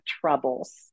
troubles